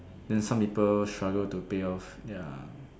then some people struggle to pay off ya